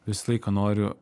visą laiką noriu